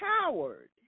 coward